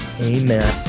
amen